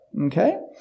okay